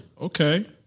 Okay